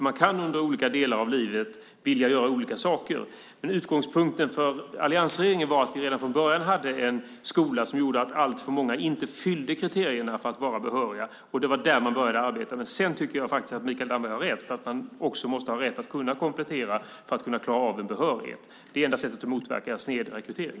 Man kan i olika skeden av livet vilja göra olika saker. Men utgångspunkten för alliansregeringen var att vi från början hade en skola som gjorde att alltför många inte uppfyllde kriterierna att vara behöriga. Det var där man började arbeta. Jag tycker att Mikael Damberg har rätt att man måste ha rätt att komplettera för att klara av en behörighet. Det är enda sättet att motverka snedrekrytering.